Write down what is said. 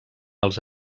els